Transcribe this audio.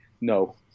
No